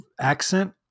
accent